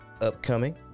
upcoming